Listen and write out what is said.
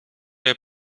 der